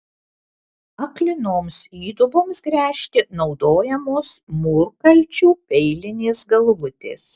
aklinoms įduboms gręžti naudojamos mūrkalčių peilinės galvutės